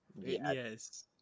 Yes